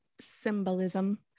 symbolism